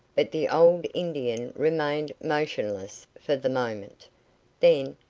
but the old indian remained motionless for the moment then,